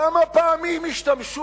כמה פעמים השתמשו